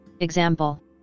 Example